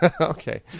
Okay